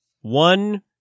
One